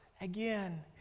again